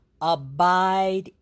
abide